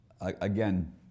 again